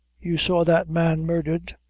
you saw that man murdered?